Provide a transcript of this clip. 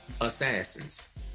assassins